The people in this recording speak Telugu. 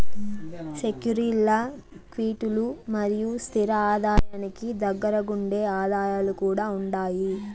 సెక్యూరీల్ల క్విటీలు మరియు స్తిర ఆదాయానికి దగ్గరగుండే ఆదాయాలు కూడా ఉండాయి